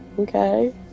okay